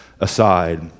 aside